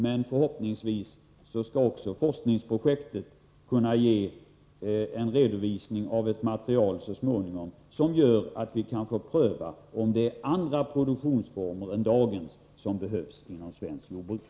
Men förhoppningsvis skall detta forskningsprojekt kunna ge en redovisning så småningom av ett material som gör att vi kan få pröva om andra produktionsformer än dagens behövs inom svenskt jordbruk.